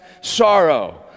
sorrow